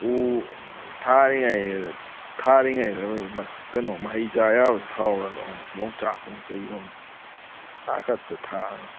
ꯎ ꯊꯥꯔꯤꯉꯩꯗ ꯊꯥꯔꯤꯉꯩꯗ ꯑꯩꯈꯣꯏꯒꯤ ꯀꯩꯅꯣ ꯃꯍꯩ ꯆꯥ ꯌꯥꯕꯁꯨ ꯊꯥꯍꯧꯔꯗꯧꯅꯤ ꯌꯣꯡꯆꯥꯛꯀꯨꯝꯕ ꯀꯔꯤꯒꯨꯝꯕ ꯇꯥꯈꯠꯇꯅ ꯊꯥꯔꯗꯧꯅꯤ